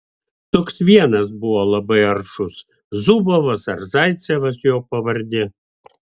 toks vienas buvo labai aršus zubovas ar zaicevas jo pavardė